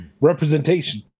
Representation